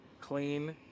Clean